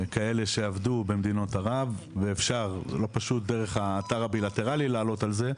כאלה שעבדו במדינות ערב ואפשר לא פשוט דרך האתר הבילטרלי לעלות על זה,